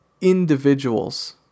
individuals